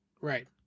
Right